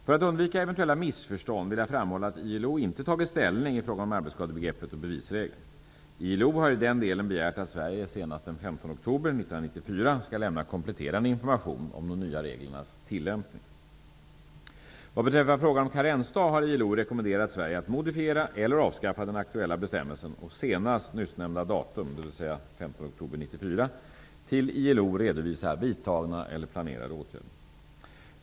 För att undvika eventuella missförstånd vill jag framhålla att ILO inte tagit ställning i fråga om arbetsskadebegreppet och bevisregeln. ILO har i den delen begärt att Sverige senast den 15 oktober 1994 skall lämna kompletterande information om de nya reglernas tillämpning. Vad beträffar frågan om karensdag har ILO rekommenderat Sverige att modifiera eller avskaffa den aktuella bestämmelsen och senast nyssnämnda datum, dvs. 15 oktober 1994, till ILO redovisa vidtagna eller planerade åtgärder.